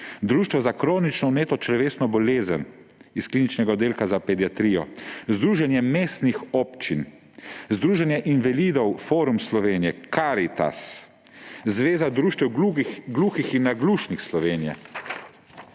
Društvo za kronično vnetno črevesno bolezen iz Kliničnega oddelka za pediatrijo, Združenje mestnih občin Slovenije, Združenje invalidov Forum Slovenije, Karitas, Zveza društev gluhih in naglušnih Slovenije,